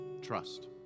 trust